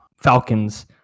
Falcons